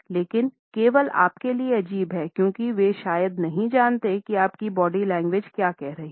लेकिन केवल आपके लिए अजीब है क्योंकि वे शायद नहीं जानते कि आपकी बॉडी लैंग्वेज क्या कह रही है